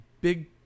big